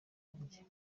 wanjye